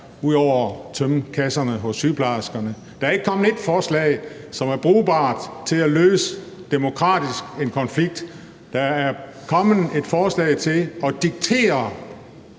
ud over at tømme kasserne hos sygeplejerskerne? Der er ikke kommet ét forslag, som er brugbart i forhold til demokratisk at løse en konflikt. Der er kommet et forslag om at diktere,